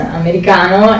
americano